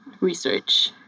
research